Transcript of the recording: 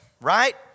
right